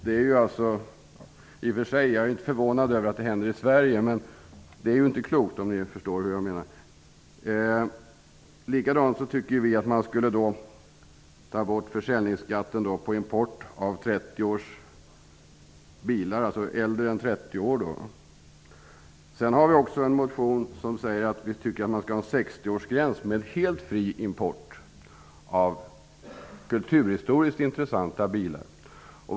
Jag är i och för sig inte förvånad över att det händer i Sverige, men det är ju inte klokt, om ni förstår hur jag menar. Likadant tycker vi att man skulle ta bort försäljningsskatten på import på bilar som är äldre än 30 år. Vi har också väckt en motion om att man skall införa en sextioårsgräns för helt fri import av kulturhistoriskt intressanta bilar.